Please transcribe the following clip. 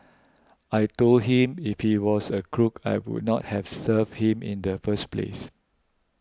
I told him if he was a crook I would not have served him in the first place